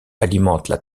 alimentent